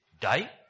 Die